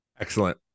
Excellent